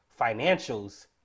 financials